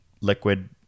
liquid